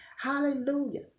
Hallelujah